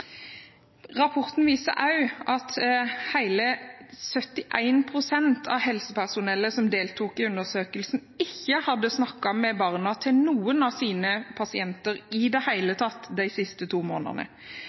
Rapporten viser også at hele 71 pst. av helsepersonellet som deltok i undersøkelsen, ikke hadde snakket med barna til noen av sine pasienter i det hele tatt de siste to månedene.